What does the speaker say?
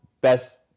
best